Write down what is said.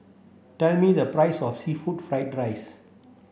tell me the price of seafood fried rice